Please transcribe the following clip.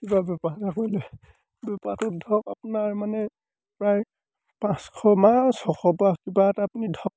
কিবা বেপাৰ এটা কৰিলে বেপাৰটোত ধৰক আপোনাৰ মানে প্ৰায় পাঁচশ মাহ ছশ বা কিবা এটা আপুনি ধৰক